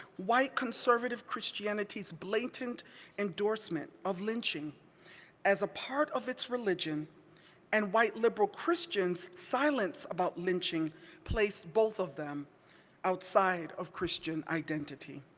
white conservative christianity's blatant endorsement of lynching as a part of its religion and white liberal christians' silence about lynching placed both of them outside of christian identity.